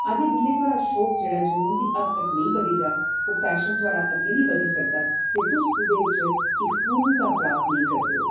आखदे जिसलै थुआढ़ा शौक जेह्ड़ा ऐ ओह् जनून दी हद तक अग्गै नेईं बधी जा तां पैशन थुआढ़ा अग्गै नेईं बधी सकदा ते तुस एह्दे च पूर्णता नेईं प्राप्त करदे ओ